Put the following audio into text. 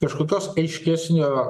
kažkokios ryškesnio